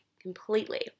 Completely